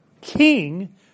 king